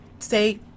Say